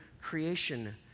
creation